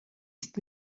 ist